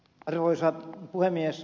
arvoisa puhemies